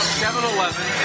7-Eleven